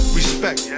respect